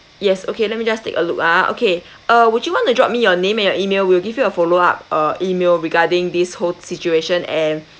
yes okay let me just take a look ah okay uh would you want to drop me your name and your email we'll give you a follow up uh email regarding this whole situation and